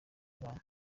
abantu